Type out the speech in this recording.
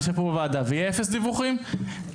בוועדה ויהיו אפס דיווחים.